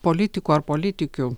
politikų ar politikių